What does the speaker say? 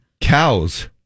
Cows